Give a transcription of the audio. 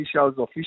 Officials